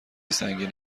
سنگین